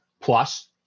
Plus